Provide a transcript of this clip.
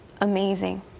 amazing